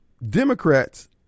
Democrats